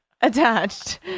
attached